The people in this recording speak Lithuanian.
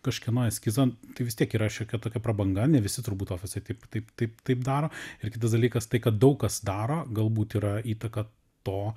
kažkieno eskizo tai vis tiek yra šiokia tokia prabanga ne visi turbūt ofisai taip taip taip daro ir kitas dalykas tai kad daug kas daro galbūt yra įtaka to